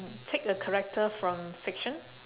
take a character from fiction